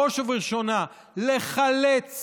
בראש ובראשונה לחלץ